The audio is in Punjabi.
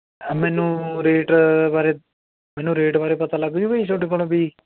ਮੈਨੂੰ ਰੇਟ ਬਾਰੇ ਮੈਨੂੰ ਰੇਟ ਬਾਰੇ ਪਤਾ ਲੱਗ ਜੂ ਵੀ ਤੁਹਾਡੇ ਕੋਲੋਂ ਵੀ